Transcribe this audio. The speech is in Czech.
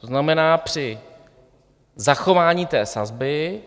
To znamená, při zachování té sazby